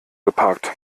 geparkt